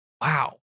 Wow